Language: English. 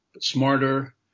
smarter